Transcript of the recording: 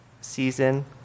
season